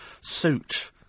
suit